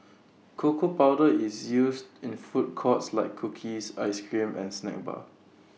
cocoa powder is used in food cost like cookies Ice Cream and snack bars